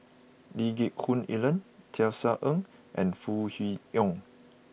Lee Geck Hoon Ellen Tisa Ng and Foo Kwee Horng